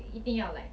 ya